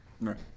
Right